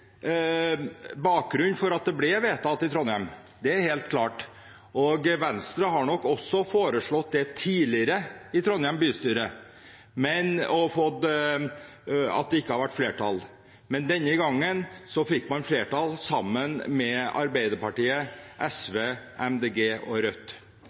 for at det ble vedtatt i Trondheim – det er helt klart – og Venstre har nok også tidligere foreslått det i Trondheim bystyre, uten at det har vært flertall for det, men denne gangen fikk man flertall sammen med Arbeiderpartiet, SV, Miljøpartiet De Grønne og Rødt.